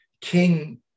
King